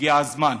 הגיע הזמן,